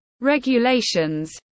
regulations